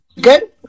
Good